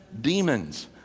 demons